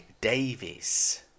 Davies